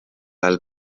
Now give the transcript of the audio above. ajal